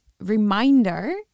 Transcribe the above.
reminder